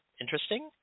interesting